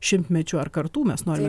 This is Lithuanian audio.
šimtmečių ar kartų mes norime